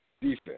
Defense